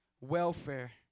Welfare